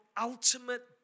ultimate